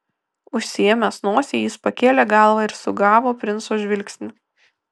užsiėmęs nosį jis pakėlė galvą ir sugavo princo žvilgsnį